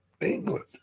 England